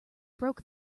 broke